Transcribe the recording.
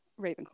Ravenclaw